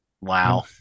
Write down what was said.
Wow